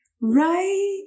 right